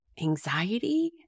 anxiety